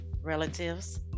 relatives